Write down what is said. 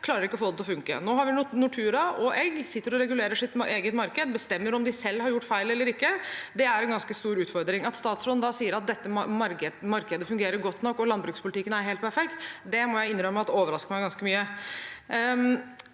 klarer ikke å få det til å funke. Nå har vi hatt Nortura og egg, og de sitter og regulerer sitt eget marked og bestemmer selv om de har gjort feil eller ikke. Det er en ganske stor utfordring. At statsråden da sier at dette markedet fungerer godt nok, og at landbrukspolitikken er helt perfekt, må jeg innrømme at overrasker meg ganske mye.